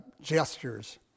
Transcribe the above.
gestures